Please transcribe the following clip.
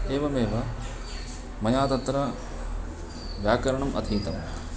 एवमेव मया तत्र व्याकरणम् अधीतवान्